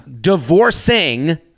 divorcing